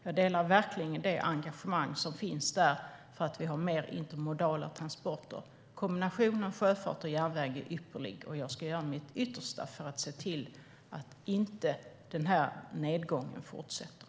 Jag delar verkligen det engagemang som finns där för mer intermodala transporter. Kombinationen av sjöfart och järnväg är ypperlig, och jag ska göra mitt yttersta för att se till att den här nedgången inte fortsätter.